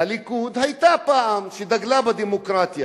היתה פעם, דגלה בדמוקרטיה.